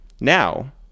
now